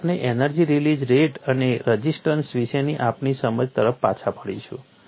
એટલે આપણે energy release rate અને રઝિસ્ટન્સ વિશેની આપણી સમજ તરફ પાછા ફરીશું